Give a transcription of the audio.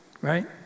right